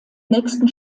nächsten